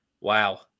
Wow